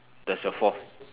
that's your fourth